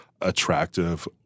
attractive